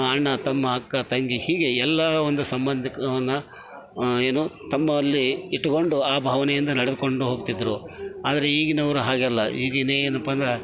ಅಣ್ಣ ತಮ್ಮ ಅಕ್ಕ ತಂಗಿ ಹೀಗೆ ಎಲ್ಲ ಒಂದು ಸಂಬಂಧವನ್ನ ಏನು ತಮ್ಮಲ್ಲಿ ಇಟ್ಟುಕೊಂಡು ಆ ಭಾವನೆಯನ್ನು ನಡೆದುಕೊಂಡು ಹೋಗ್ತಿದ್ದರು ಆದರೆ ಈಗಿನವ್ರು ಹಾಗಲ್ಲ ಈಗಿನ್ನು ಏನಪ್ಪ ಅಂದ್ರೆ